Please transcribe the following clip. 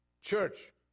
church